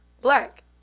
black